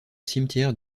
cimetière